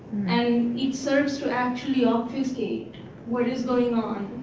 and it serves to actually obfuscate what is going on.